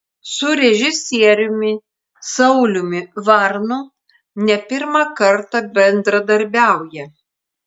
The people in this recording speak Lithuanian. su režisieriumi sauliumi varnu ne pirmą kartą bendradarbiauja